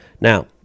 Now